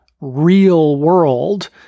real-world